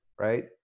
right